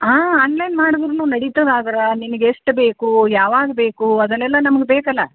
ಹಾಂ ಆನ್ಲೈನ್ ಮಾಡಿದ್ರು ನಡೀತದೆ ಆದ್ರೆ ನಿಮಿಗೆ ಎಷ್ಟು ಬೇಕು ಯಾವಾಗ ಬೇಕು ಅದನ್ನೆಲ್ಲ ನಮ್ಗೆ ಬೇಕಲ್ಲ